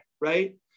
right